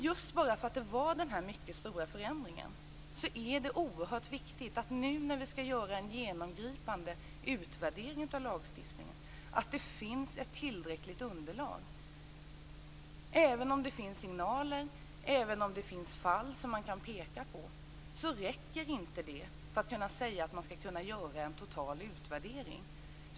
Just bara för att det var en mycket stor förändring är det oerhört viktigt att det finns ett tillräckligt underlag när vi nu skall göra en genomgripande utvärdering av lagstiftningen. Även om det finns signaler, även om det finns fall som man kan peka på räcker inte det för att man skall kunna säga att man kan göra en total utvärdering.